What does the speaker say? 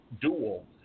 dual